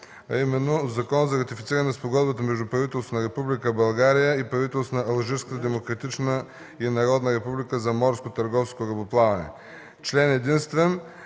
а именно: „Закон за ратифициране на Спогодбата между правителството на Република България и правителството на Алжирската демократична и народна република за морско търговско корабоплаване. Член единствен.